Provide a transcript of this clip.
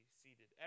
seated